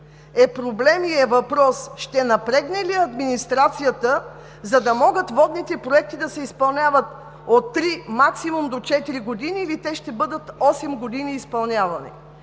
е проблем и е въпрос: ще напрегне ли администрацията, за да могат водните проекти да се изпълняват за три, максимум до четири години, или ще бъдат изпълнявани